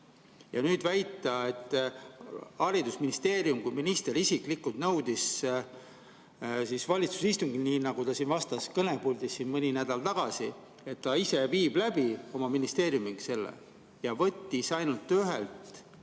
Ja nüüd väita, et haridusministeerium, kui minister isiklikult nõudis valitsuse istungil nii, nagu ta siin vastas kõnepuldis mõni nädal tagasi, et ta ise viib läbi oma ministeeriumiga selle [hanke], ja võttis praktiliselt